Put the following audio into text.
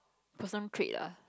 personal trait ah